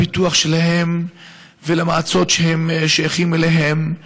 הפיתוח שלהם ולמועצות שהם שייכים אליהן.